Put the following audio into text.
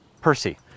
Percy